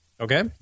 Okay